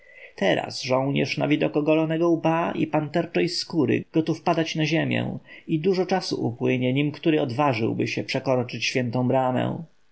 teraz żołnierz na widok ogolonego łba i panterczej skóry gotów padać na ziemię i dużo czasu upłynie nim który odważyłby się przekroczyć świętą bramę